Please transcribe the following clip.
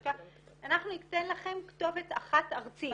אנחנו ניתן לכם כתובת אחת ארצית.